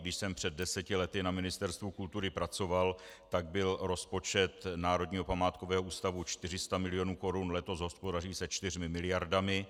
Když jsem před deseti lety na Ministerstvu kultury pracoval, tak byl rozpočet Národního památkového ústavu 400 milionů korun, letos hospodaří se 4 miliardami.